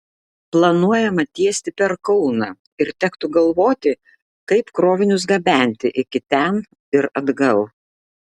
planuojama tiesti per kauną ir tektų galvoti kaip krovinius gabenti iki ten ir atgal